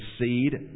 seed